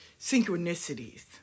Synchronicities